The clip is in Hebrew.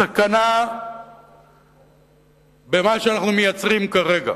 הסכנה במה שאנחנו מייצרים כרגע,